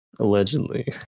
Allegedly